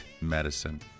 medicine